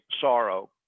sorrow